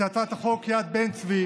את הצעת חוק יד בן-צבי